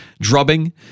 Drubbing